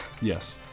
Yes